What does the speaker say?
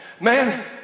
Man